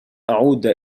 أعود